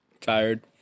tired